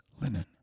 linen